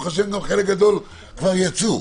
חלק גדול יצאו.